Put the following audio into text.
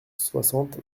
soixante